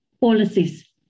policies